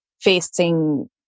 facing